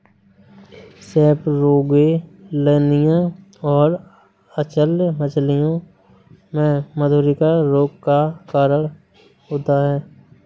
सेपरोगेलनिया और अचल्य मछलियों में मधुरिका रोग का कारण होता है